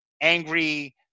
angry –